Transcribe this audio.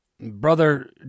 Brother